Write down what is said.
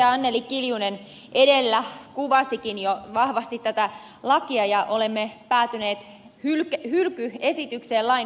anneli kiljunen edellä kuvasikin jo vahvasti tätä lakia ja olemme päätyneet hylkyesitykseen lain osalta